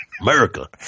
America